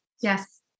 Yes